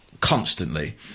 constantly